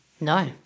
No